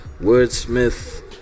Wordsmith